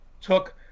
took